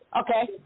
Okay